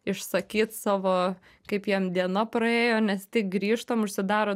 išsakyt savo kaip jam diena praėjo nes tik grįžtam užsidaro